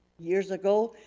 years ago.